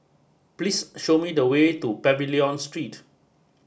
please show me the way to Pavilion Street